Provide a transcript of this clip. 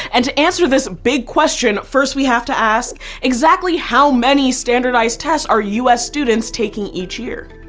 and to answer this big question, first we have to ask exactly how many standardized tests are u s. students taking each year?